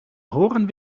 horen